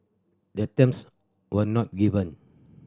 the terms were not given